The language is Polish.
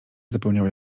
zapełniały